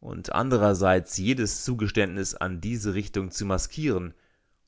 und andererseits jedes zugeständnis an diese richtung zu maskieren